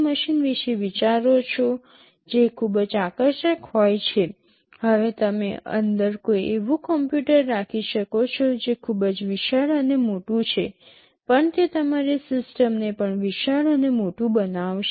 machine વિશે વિચારો છો જે ખૂબ જ આકર્ષક હોય છે હવે તમે અંદર કોઈ એવું કમ્પ્યુટર રાખી શકો છો જે ખૂબ જ વિશાળ અને મોટું છે પણ તે તમારી સિસ્ટમને પણ વિશાળ અને મોટું બનાવશે